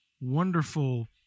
wonderful